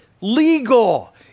legal